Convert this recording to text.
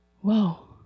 whoa